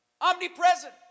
omnipresent